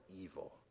evil